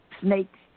snakes